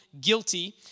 guilty